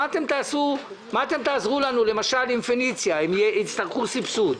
במה תעזרו לנו למשל עם פניציה אם יצטרכו סבסוד?